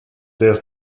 der